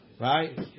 right